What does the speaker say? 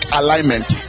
alignment